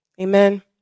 Amen